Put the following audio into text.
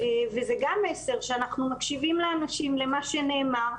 וזה גם מסר, שאנחנו מקשיבים לאנשים, למה שנאמר,